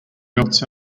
belts